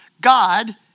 God